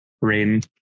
rain